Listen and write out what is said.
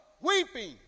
weeping